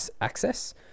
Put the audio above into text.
access